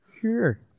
Sure